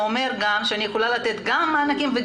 הייתי אומר שיש לנו את כל המגוון של האנשים הלאה,